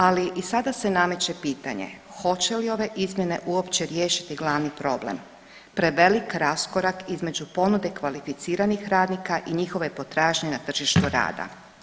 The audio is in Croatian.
Ali i sada se nameće pitanje hoće li ove izmjene uopće riješiti glavni problem, prevelik raskorak između ponude kvalificiranih radnika i njihove potražnje na tržištu rada?